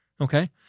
Okay